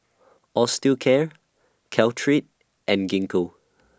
Osteocare Caltrate and Gingko